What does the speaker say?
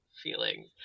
feelings